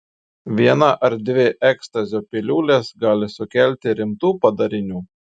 viena ar dvi ekstazio piliulės gali sukelti rimtų padarinių